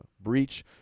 breach